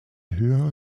höhere